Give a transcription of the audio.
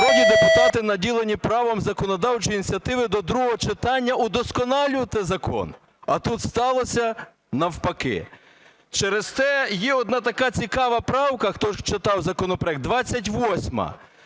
народні депутати наділені правом законодавчої ініціативи до другого читання удосконалювати закон, а тут сталося навпаки. Через те є одна така цікава правка, хто читав законопроект, 28,